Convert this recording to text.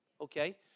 Okay